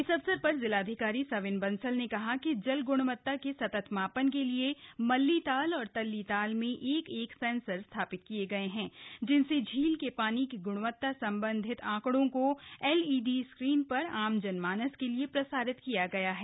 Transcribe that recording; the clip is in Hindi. इस अवसर पर जिलाधिकारी सविन बंसल ने कहा कि जल ग्णवत्ता के सतत मापन के लिए मल्लीताल और तल्लीताल में एक एक सेंसर स्थापित किये गये हैं जिनसे झील के पानी की ग्णवत्ता सम्बन्धित आंकड़ों को एलईडी स्क्रीन पर आम जनमानस के लिए प्रसारित किया गया है